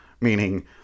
Meaning